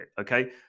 okay